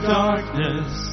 darkness